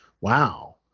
Wow